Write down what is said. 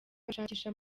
bashakisha